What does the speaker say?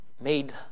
made